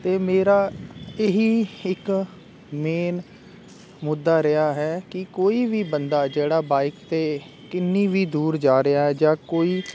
ਅਤੇ ਮੇਰਾ ਇਹੀ ਇੱਕ ਮੇਨ ਮੁੱਦਾ ਰਿਹਾ ਹੈ ਕਿ ਕੋਈ ਵੀ ਬੰਦਾ ਜਿਹੜਾ ਬਾਈਕ 'ਤੇ ਕਿੰਨੀ ਵੀ ਦੂਰ ਜਾ ਰਿਹਾ ਜਾਂ ਕੋਈ